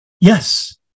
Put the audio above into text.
Yes